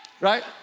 Right